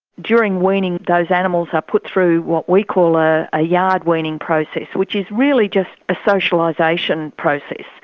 during weaning those animals are put through what we call ah a yard-weaning process, which is really just a socialisation process,